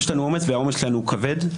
יש לנו עומס והעומס שלנו הוא כבד.